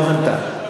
רוזנטל,